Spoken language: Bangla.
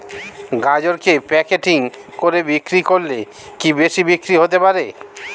গাজরকে প্যাকেটিং করে বিক্রি করলে কি বেশি বিক্রি হতে পারে?